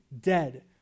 dead